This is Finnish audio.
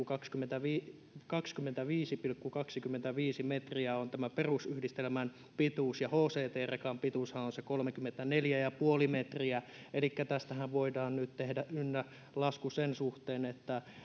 kaksikymmentäviisi kaksikymmentäviisi pilkku kaksikymmentäviisi metriä on tämä perusyhdistelmän pituus ja hct rekan pituushan on se kolmekymmentäneljä pilkku viisi metriä elikkä tästähän voidaan nyt tehdä ynnälasku sen suhteen